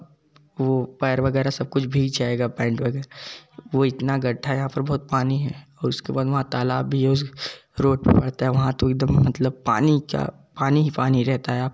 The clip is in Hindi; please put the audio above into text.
वह पैर वगैरह सब कुछ भीग जाएगा पैंट वगैरह वह इतना गड्ढा है यहाँ पर बहुत पानी है और उसके बाद वहाँ तालाब भी है रोड पर पड़ता है वहाँ तो एक दम मतलब पानी क्या पानी ही पानी रहता है